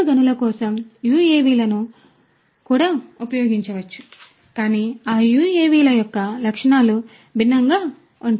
indoor గనుల కోసం UAV లను కూడా ఉపయోగించవచ్చు అంటే కానీ ఆ UAV ల యొక్క లక్షణాలు భిన్నంగా ఉంటాయి